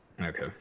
Okay